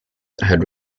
had